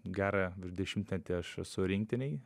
gerą dešimtmetį aš esu rinktinėj